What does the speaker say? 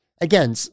Again